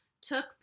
took